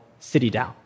CityDAO